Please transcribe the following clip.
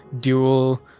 dual